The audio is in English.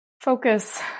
focus